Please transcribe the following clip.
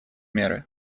меры